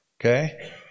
okay